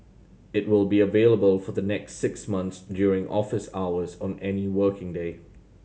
it will be available for the next six months during office hours on any working day